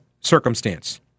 circumstance